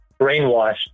brainwashed